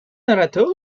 narrateur